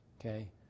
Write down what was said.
Okay